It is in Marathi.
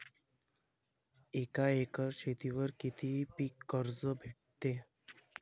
एक एकर शेतीवर किती पीक कर्ज भेटते?